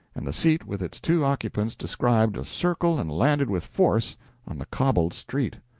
and the seat with its two occupants described a circle and landed with force on the cobbled street.